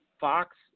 Fox